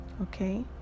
Okay